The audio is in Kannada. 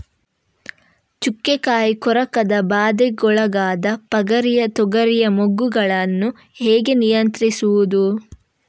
ಚುಕ್ಕೆ ಕಾಯಿ ಕೊರಕದ ಬಾಧೆಗೊಳಗಾದ ಪಗರಿಯ ತೊಗರಿಯ ಮೊಗ್ಗುಗಳನ್ನು ಹೇಗೆ ನಿಯಂತ್ರಿಸುವುದು?